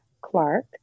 Clark